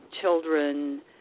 children